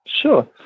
Sure